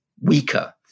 weaker